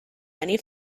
many